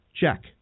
check